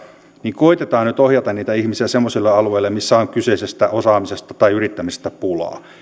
niin koetetaan nyt ohjata niitä ihmisiä semmoisille alueille missä on kyseisestä osaamisesta tai yrittämisestä pulaa